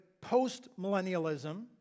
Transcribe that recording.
post-millennialism